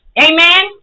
Amen